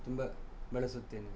ತುಂಬ ಬಳಸುತ್ತೇನೆ